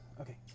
Okay